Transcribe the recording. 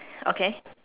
okay